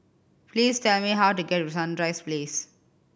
please tell me how to get to Sunrise Place